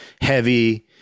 heavy